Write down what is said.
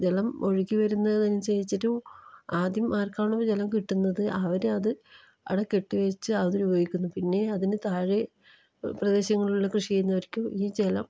ജലം ഒഴുകി വരുന്നത് അനുസരിച്ചിട്ട് ആദ്യം ആർക്കാണോ ജലം കിട്ടുന്നത് അവരത് അവിടെ കെട്ടി വച്ച് അതിന് ഉപയോഗിക്കുന്നു പിന്നെ അതിനു താഴെ പ്രദേശങ്ങളിൽ കൃഷി ചെയ്യുന്നവർക്ക് ഈ ജലം